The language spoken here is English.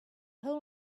whole